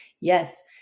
Yes